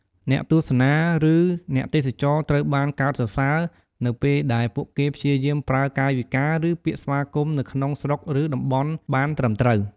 នៅតាមហាងលក់ម្ហូប ឬភោជនីយដ្ឋាន តែងមានអ្នកចាំស្វាគមន៍ភ្ញៀវឲ្យចូលញ៉ាំអាហាររបស់ពួកគេ។